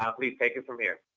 um please take it from here.